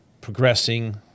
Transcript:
progressing